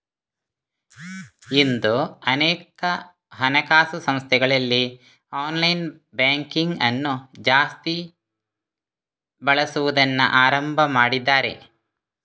ಇಂದು ಅನೇಕ ಹಣಕಾಸು ಸಂಸ್ಥೆಗಳಲ್ಲಿ ಆನ್ಲೈನ್ ಬ್ಯಾಂಕಿಂಗ್ ಅನ್ನು ಜಾಸ್ತಿ ಬಳಸುದನ್ನ ಆರಂಭ ಮಾಡಿದ್ದಾರೆ